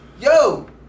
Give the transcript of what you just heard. yo